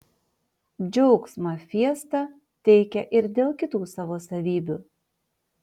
džiaugsmą fiesta teikia ir dėl kitų savo savybių